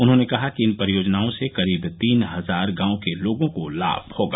उन्होंने कहा कि इन परियोजनाओं से करीब तीन हजार गांव के लोगों को लाभ होगा